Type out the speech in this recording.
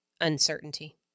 uncertainty